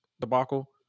debacle